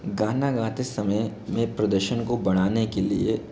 गाना गाते समय मैं प्रदर्शन को बढ़ाने के लिए